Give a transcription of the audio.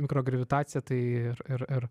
mikrogravitacija tai ir ir ir